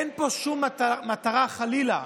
אין פה שום מטרה, חלילה,